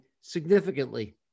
significantly